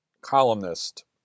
columnist